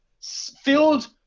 filled